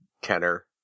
Kenner